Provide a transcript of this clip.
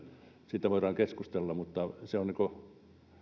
siitä voidaan keskustella mutta se on